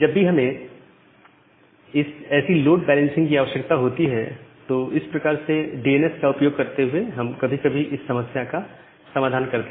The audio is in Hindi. जब भी हमें इस ऐसी लोड बैलेंसिंग की आवश्यकता होती है तो इस प्रकार से डीएनएस का उपयोग करते हुए हम कभी कभी इस समस्या का समाधान करते हैं